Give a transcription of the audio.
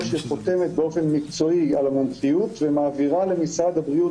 שחותמת באופן מקצועי על המומחיות ומעבירה למשרד הבריאות,